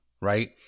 Right